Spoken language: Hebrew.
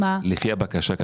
לפי הבקשה,